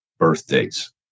birthdays